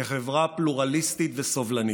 כחברה פלורליסטית וסובלנית.